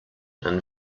and